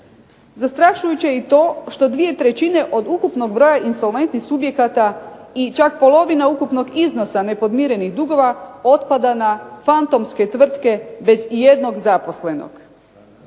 Zastrašujuće je i to što dvije trećine od ukupnog broja insolventnih subjekata i čak polovina ukupnog iznosa nepodmirenih dugova otpada na fantomske tvrtke bez ijednog zaposlenog.